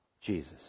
Jesus